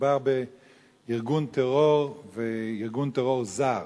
מדובר בארגון טרור וארגון טרור זר.